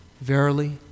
Verily